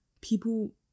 people